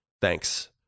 Thanks